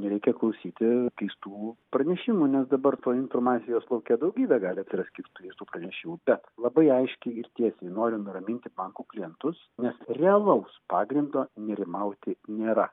nereikia klausyti keistų pranešimų nes dabar toj informacijos lauke daugybė gali atsirasti keistų pranešimų bet labai aiškiai ir tiesiai noriu nuraminti bankų klientus nes realaus pagrindo nerimauti nėra